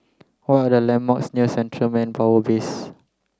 what are the landmarks near Central Manpower Base